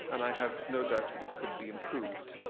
and i have no doubt that it could be improved.